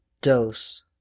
dose